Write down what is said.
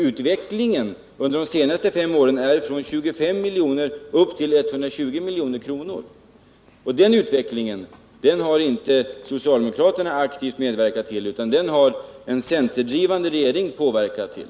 Utvecklingen har under de senaste fem åren gått från 25 miljoner upp till 120 milj.kr. Den utvecklingen har inte socialdemokraterna aktivt medverkat till, utan den har en centerdrivande regering medverkat till.